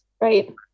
right